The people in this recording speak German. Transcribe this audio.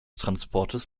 transportes